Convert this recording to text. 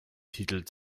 titel